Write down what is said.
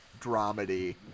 dramedy